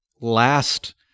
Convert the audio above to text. last